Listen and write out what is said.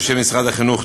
בשם משרד החינוך,